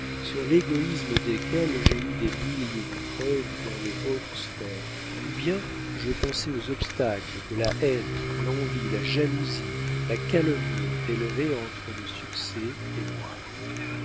sur l'égoïsme desquels j'ai eu des milliers de preuves dans les hautes sphères ou bien je pensais aux obstacles que la haine l'envie la jalousie la calomnie ont élevés entre le succès et moi